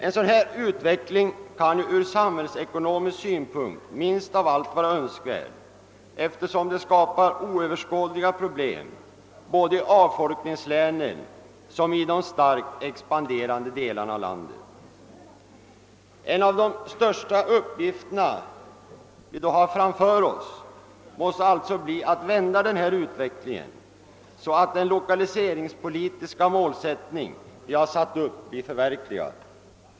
En sådan utveckling är minst av allt önskvärd ur samhällsekonomisk synpunkt, eftersom den skapar oöverskådliga problem såväl i avfolkningslänen som i de starkt expanderande delarna av landet. En av de största uppgifter vi har framför oss måste därför vara att vända utvecklingen så att den lokaliseringspolitiska målsättning vi har satt upp blir förverkligad.